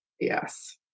Yes